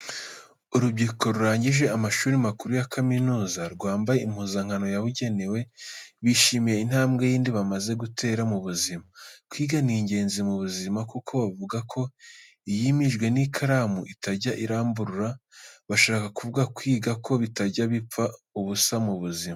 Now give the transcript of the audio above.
Urubyiruko rurangije amashuri makuru ya kaminuza rwambaye impuzankano yabugenewe, bishimiye intambwe yindi bamaze gutera mu buzima. Kwiga ni ingenzi mu buzima kuko bavuga ko iyimijwe n'ikaramu itajya iramburura, bashaka kuvuga kwiga ko bitajya bipfa ubusa mu buzima.